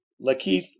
Lakeith